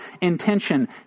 intention